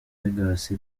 vegas